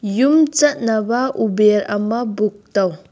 ꯌꯨꯝ ꯆꯠꯅꯕ ꯎꯕꯦꯔ ꯑꯃ ꯕꯨꯛ ꯇꯧ